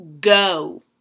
go